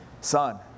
Son